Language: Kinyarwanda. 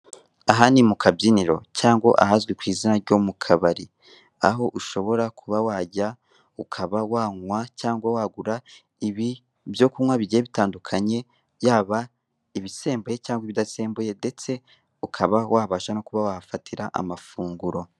Aha ni mukabyiniro cyangwa ahazwi ku izina ryo mu kabari, aho ushobora kuba wajya ukaba wanywa cyangwa wagura ibi ibyo kunywa bigiye bitandukanye, yaba ibisembuye cyangwa ibidasembuye, ndetse ukaba wabasha no kuba wahafatira amafunguro.